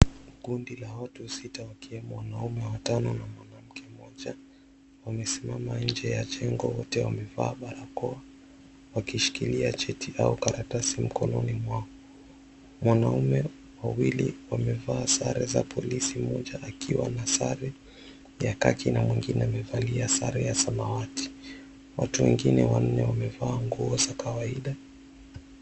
Kundi la watu sita wakiwemo wanaume watano na mwanamke mmoja wamesimama nje ya jengo wote wamevaa barakoa wakishikilia cheti au karatasi mikononi mwao. Mwanaume wawili wamevaa sare za polisi. Mmoja akiwa na sare ya kaki na mwengine amevalia sare ya samawati. Watu wengine wanne wamevaa nguo za kawaida.